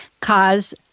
cause